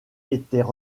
étaient